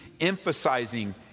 emphasizing